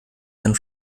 gern